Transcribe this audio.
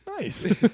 Nice